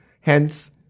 Hence